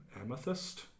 Amethyst